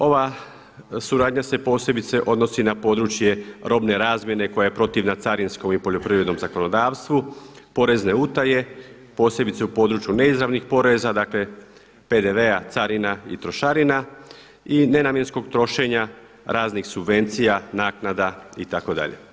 Ova suradnja se posebice odnosi na područje robne razmjene koja je protivna carinskom i poljoprivrednom zakonodavstvu, porezne utaje, posebice u području neizravnih poreza dakle PDV-a carina i trošarina i nenamjenskog trošenja raznih subvencija, naknada itd.